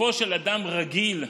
גופו של אדם רגיל,